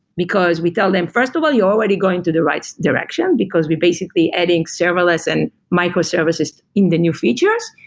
because we tell them, first of all, you're already going to the right direction because we're basically adding serverless and microservices in the new features.